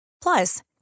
Plus